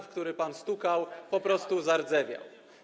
w który pan stukał, po prostu zardzewiał.